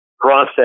process